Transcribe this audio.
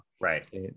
right